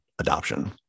adoption